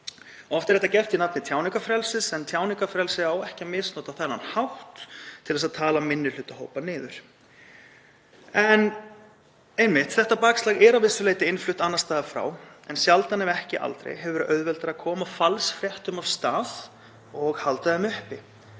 Oft er þetta gert í nafni tjáningarfrelsis en tjáningarfrelsi á ekki að misnota þennan hátt, til að tala minnihlutahópa niður. Þetta bakslag er að vissu leyti innflutt annars staðar frá en sjaldan ef ekki aldrei hefur verið auðveldara að koma falsfréttum af stað og halda þeim uppi.